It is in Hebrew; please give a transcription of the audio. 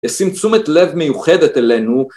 ישים תשומת לב מיוחדת אלינו.